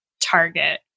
target